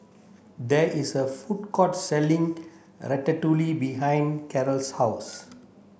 there is a food court selling Ratatouille behind Karel's house